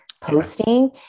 posting